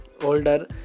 older